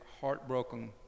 heartbroken